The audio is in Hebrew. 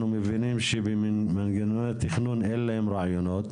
אנחנו מבינים שלמנגנוני התכנון, אין להם רעיונות,